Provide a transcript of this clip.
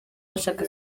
bashaka